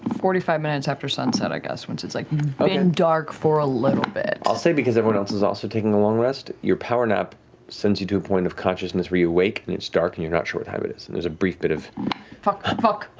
forty five minutes after sunset i guess, once it's like been dark for a little bit. matt i'll say because everyone else is also taking a long rest, your power nap sends you to a point of consciousness where you wake and it's dark and you're not sure what time it is. there's a brief bit of. marisha fuck, fuck,